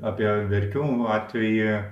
apie verkių atvejį